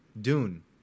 Dune